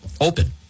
open